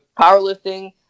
powerlifting